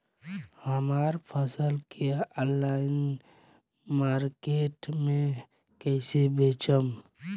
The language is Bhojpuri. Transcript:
हमार फसल के ऑनलाइन मार्केट मे कैसे बेचम?